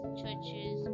churches